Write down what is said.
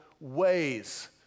ways